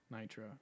nitro